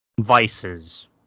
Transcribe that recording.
vices